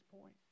point